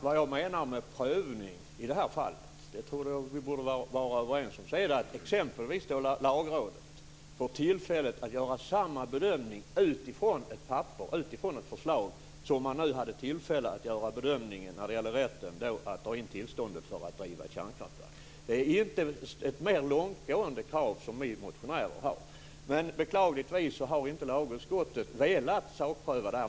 Fru talman! Vi torde vara överens om att den prövning som i det här fallet avses exempelvis kan vara att låta Lagrådet få göra en bedömning på samma sätt som det hade tillfälle att göra när det gällde rätten att dra in tillstånd för att driva kärnkraftverk. Kravet från oss motionärer är inte mer långtgående än så. Beklagligtvis har lagutskottet dock inte velat sakpröva det här.